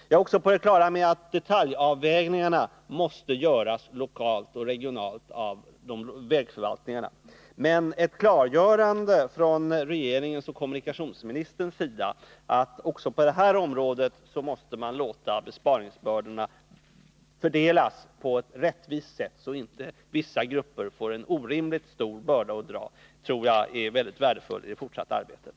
Jag är också på det klara med att detaljavvägningarna måste göras lokalt och regionalt av vägförvaltningarna. Men ett klargörande från regeringens och kommunikationsministerns sida om att man också på det här området måste låta besparingsbördorna fördelas på ett rättvist sätt så att inte vissa grupper får orimligt stora bördor tror jag är mycket värdefullt i det fortsatta arbetet.